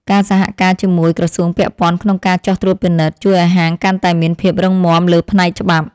ការសហការជាមួយក្រសួងពាក់ព័ន្ធក្នុងការចុះត្រួតពិនិត្យ ជួយឱ្យហាងកាន់តែមានភាពរឹងមាំលើផ្នែកច្បាប់។